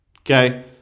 Okay